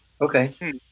okay